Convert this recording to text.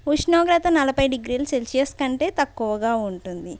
ఉష్ణోగ్రత నలభై డిగ్రీలు సెల్సియస్ కంటే తక్కువగా ఉంటుంది